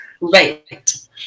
Right